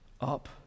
up